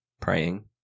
Praying